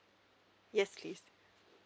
yes please